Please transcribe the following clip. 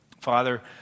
Father